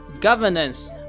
governance